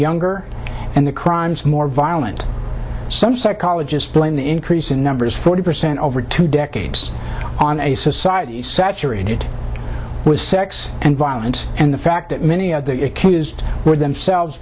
younger and the crimes more violent some psychologists blame the increase in numbers forty percent over two decades on a society saturated with sex and violence and the fact that many of the accused were themselves